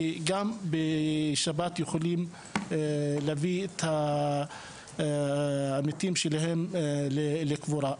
שגם בשבת יוכלו להביא את המתים שלהם לקבורה.